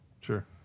Sure